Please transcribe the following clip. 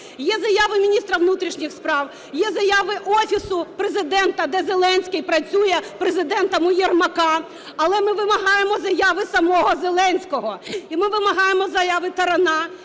Є заяви міністра внутрішніх справ, є заяви Офісу Президента, де Зеленський працює Президентом у Єрмака, але ми вимагаємо заяви самого Зеленського. І ми вимагаємо заяви Тарана